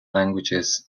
languages